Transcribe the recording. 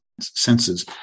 Senses